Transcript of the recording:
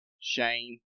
Shane